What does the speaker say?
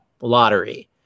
lottery